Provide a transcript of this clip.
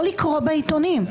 לא לקרוא בעיתונים.